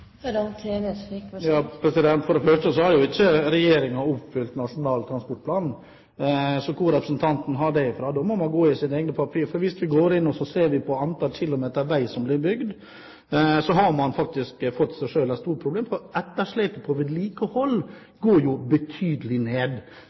Da må man gå i sine egne papirer, og hvis vi ser på antall kilometer vei som blir bygd, så har man faktisk fått et stort problem, for etterslepet på vedlikehold